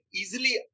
easily